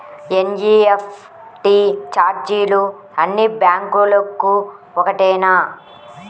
NEFT ఛార్జీలు అన్నీ బ్యాంక్లకూ ఒకటేనా?